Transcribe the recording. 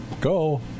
Go